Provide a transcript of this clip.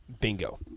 Bingo